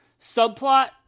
subplot